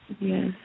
Yes